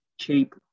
cheap –